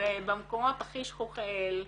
במקומות הכי שכוחי אל,